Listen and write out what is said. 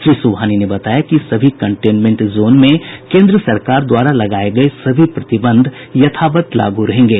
श्री सुबहानी ने बताया कि सभी कंटेनमेंट जोन में केन्द्र सरकार द्वारा लगाये गये सभी प्रतिबंध यथावत लागू रहेंगे